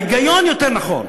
ההיגיון יותר נכון.